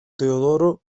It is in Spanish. teodoro